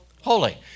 holy